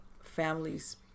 families